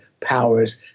powers